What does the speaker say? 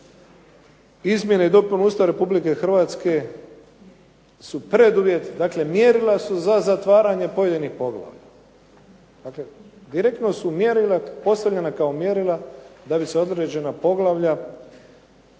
izmjene i dopune Ustava Republike Hrvatske su preduvjet, dakle mjerila su za zatvaranje pojedinih poglavlja. Dakle, direktno su mjerila postavljena kao mjerila da bi se određena poglavlja